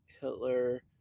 Hitler